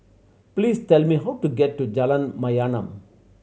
please tell me how to get to Jalan Mayaanam